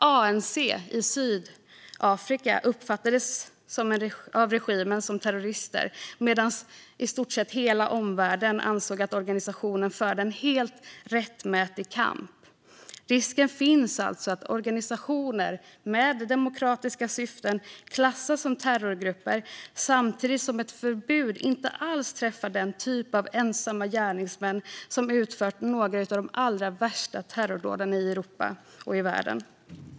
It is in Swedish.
ANC i Sydafrika uppfattades av regimen som terrorister, medan i stort sett hela omvärlden ansåg att organisationen förde en helt rättmätig kamp. Risken finns alltså att organisationer med demokratiska syften klassas som terrorgrupper, samtidigt som ett förbud inte alls träffar den typ av ensamma gärningsmän som utfört några av de allra värsta terrordåden i Europa och i världen.